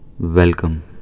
Welcome